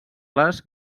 les